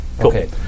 Okay